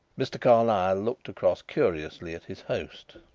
mr. carlyle looked across curiously at his host.